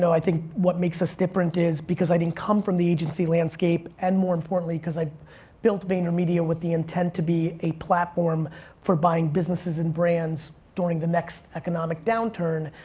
so i think what makes us different is, because i didn't come from the agency landscape and more importantly, because i built vaynermedia with the intent to be a platform for buying businesses and brands during the next economic downturn,